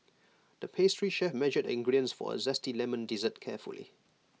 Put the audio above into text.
the pastry chef measured ingredients for A Zesty Lemon Dessert carefully